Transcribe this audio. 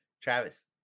Travis